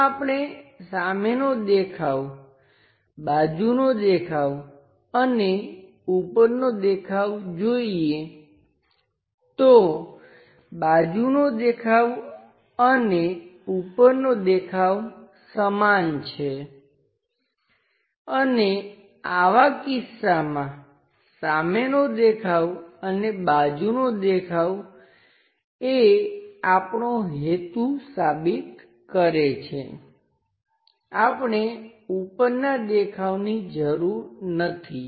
જો આપણે સામેનો દેખાવ બાજુનો દેખાવ અને ઉપરનો દેખાવ જોઈએ તો બાજુનો દેખાવ અને ઉપરનો દેખાવ સમાન છે અને આવા કિસ્સામાં સામેનો દેખાવ અને બાજુનો દેખાવ એ આપણો હેતુ સાબિત કરે છે આપણે ઉપરનાં દેખાવની જરૂર નથી